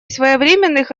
своевременных